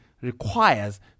requires